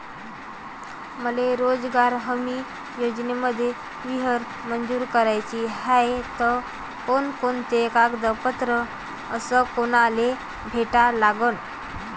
मले रोजगार हमी योजनेमंदी विहीर मंजूर कराची हाये त कोनकोनते कागदपत्र अस कोनाले भेटा लागन?